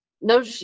No